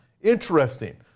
Interesting